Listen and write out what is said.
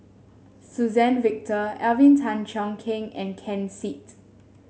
Suzann Victor Alvin Tan Cheong Kheng and Ken Seet